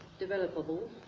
developable